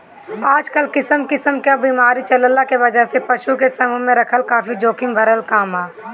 आजकल किसिम किसिम क बीमारी चलला के वजह से पशु के समूह में रखल काफी जोखिम भरल काम ह